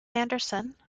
anderson